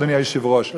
אדוני היושב-ראש.